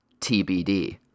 TBD